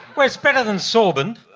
but it's better than sorbent!